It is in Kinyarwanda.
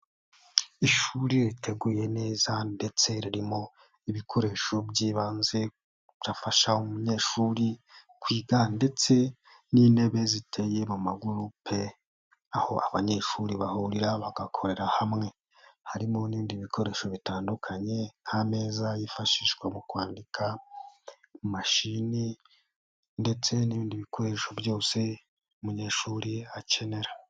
Ishuri riteguye neza ndetse ririmo ibikoresho by'ibanze byafasha umunyeshuri kwiga ndetse n'intebe ziteye mu magurupe aho abanyeshuri bahurira bagakorera hamwe, harimo n'ibindi bikoresho bitandukanye nk'ameza yifashishwa mu kwandika, mashini ndetse n'ibindi bikoresho byose umunyeshuri akenera.